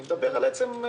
אני מדבר על העלויות.